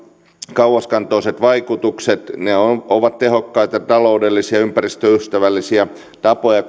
kauaskantoiset vaikutukset ne ovat ovat tehokkaita taloudellisia ja ympäristöystävällisiä tapoja